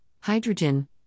hydrogen